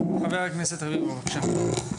חבר הכנסת רביבו, בבקשה.